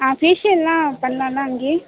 ஆ ஃபேஷியலெல்லாம் பண்ணலாம்ல அங்கேயே